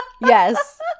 yes